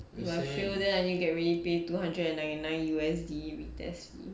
if I fail then I'll need to get ready pay two hundred and ninety nine U_S_D retest fee